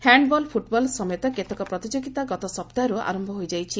handball football ସମେତ କେତେକ ପ୍ରତିଯୋଗିତା ଗତ ସପ୍ତାହରୁ ଆରମ୍ଭ ହୋଇଯାଇଛି